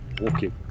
Walking